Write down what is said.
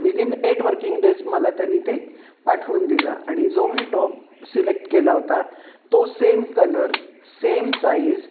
within eight working days मला त्यानी ते पाठवून दिला आणि जो मी टॉप सिलेक्ट केला होता तो सेम कलर सेम साइज